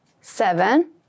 Seven